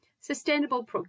sustainable